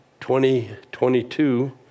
2022